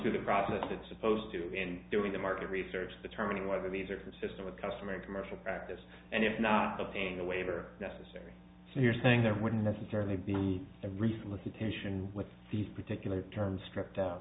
through the process it's supposed to in doing the market research determining whether these are consistent with customary commercial practice and if not obtain a waiver necessary so you're saying there wouldn't necessarily be a recent attention with these particular terms stripped